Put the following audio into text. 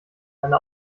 eine